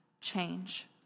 change